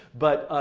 but